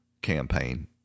campaign